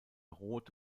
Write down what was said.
rot